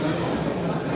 Hvala vam